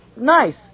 nice